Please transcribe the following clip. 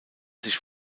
sich